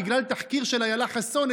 בגלל תחקיר של אילה חסון,